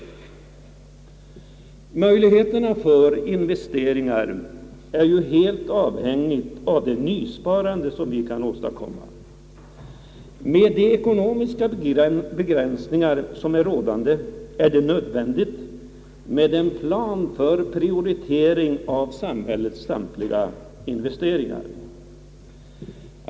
Möjligheterna att göra investeringar är ju helt avhängiga av det nysparande som vi kan åstadkomma. Rådande ekonomiska begränsningar nödvändiggör en plan för prioritering av alla samhällets investeringar.